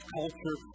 culture